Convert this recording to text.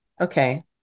okay